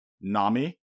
Nami